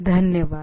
धन्यवाद